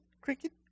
cricket